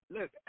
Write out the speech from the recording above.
Look